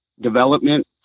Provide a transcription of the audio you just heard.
development